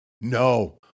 no